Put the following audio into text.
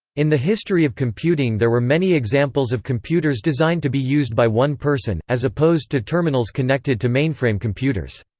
in the history of computing there were many examples of computers designed to be used by one person, as opposed to terminals connected to mainframe computers.